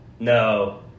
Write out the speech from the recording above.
No